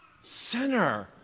Sinner